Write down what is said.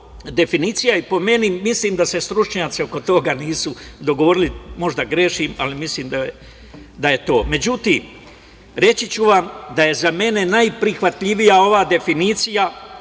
i mislim da se stručnjaci oko toga nisu dogovorili, možda grešim, ali mislim da je to.Međutim, reći ću vam da je za mene najprihvatljivija ova definicija